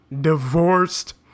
divorced